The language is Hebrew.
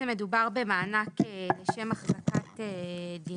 מדובר במענק לשם החזקת דירה.